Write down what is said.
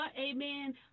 Amen